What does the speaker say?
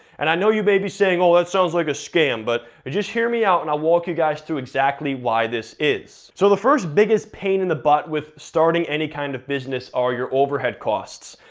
and i know you may be saying, oh, that sounds like a scam, but just hear me out and i'll walk you guys through exactly why this is. so the first biggest pain in the butt with starting any kind of business are your overhead costs.